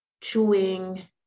chewing